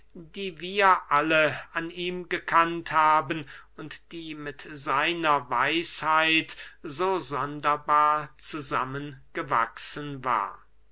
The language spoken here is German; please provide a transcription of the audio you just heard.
die wir alle an ihm gekannt haben und die mit seiner weisheit so sonderbar zusammengewachsen war